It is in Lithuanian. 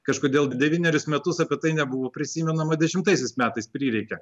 kažkodėl devynerius metus apie tai nebuvo prisimenama dešimtaisiais metais prireikė